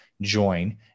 join